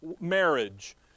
marriage